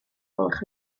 gwelwch